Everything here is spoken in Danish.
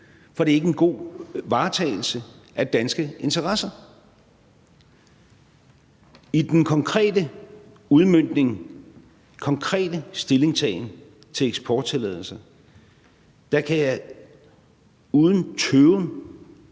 for det er ikke en god varetagelse af danske interesser. I den konkrete udmøntning, i den konkrete stillingtagen til eksporttilladelser kan jeg uden tøven